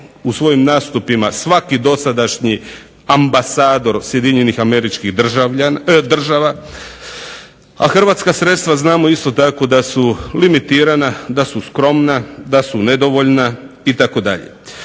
u svojim nastupima svaki dosadašnji ambasador SAD-a, a hrvatska sredstva znamo isto tako da su limitirana, da su skromna, da su nedovoljna itd.